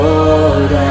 Lord